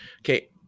Okay